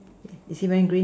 is is he wearing green